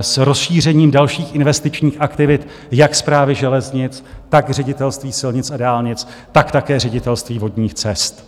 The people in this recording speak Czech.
s rozšířením dalších investičních aktivit jak Správy železnic, tak Ředitelství silnic a dálnic, tak také Ředitelství vodních cest.